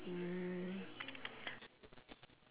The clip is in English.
mm